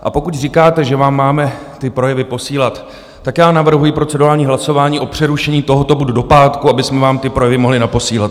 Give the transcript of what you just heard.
A pokud říkáte, že vám máme ty projevy posílat, tak já navrhuji procedurální hlasování o přerušení tohoto bodu do pátku, abychom vám ty projevy mohli naposílat.